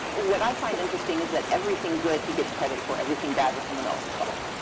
what i find interesting is that everything good, he gets credit for. everything bad was someone else's fault.